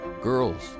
girls